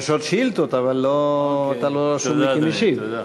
יש עוד שאילתות, אבל אתה לא רשום כמשיב.